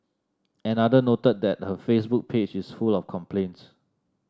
another noted that her Facebook page is full of complaints